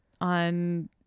on